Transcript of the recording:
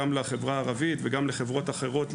גם בחברה הערבית וגם בחברות אחרות,